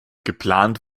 geplant